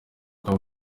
ukaba